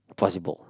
possible